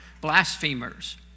blasphemers